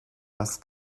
das